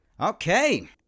Okay